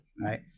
right